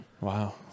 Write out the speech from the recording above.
Wow